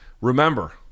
Remember